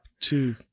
Two